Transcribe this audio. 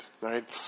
right